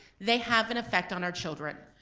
they have an effect on our children.